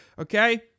Okay